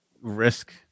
risk